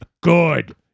good